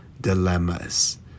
dilemmas